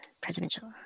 Presidential